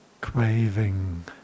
craving